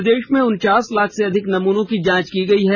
प्रदेश में उनचास लाख से अधिक नमूनों की जांच की गई है